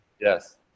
Yes